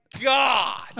God